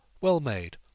well-made